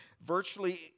virtually